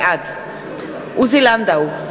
בעד עוזי לנדאו,